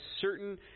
certain